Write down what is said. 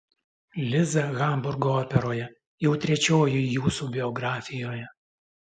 liza hamburgo operoje jau trečioji jūsų biografijoje